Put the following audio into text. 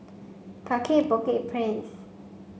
Kaki Bukit Place